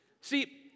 See